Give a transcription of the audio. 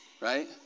Right